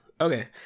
Okay